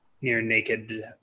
near-naked